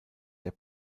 der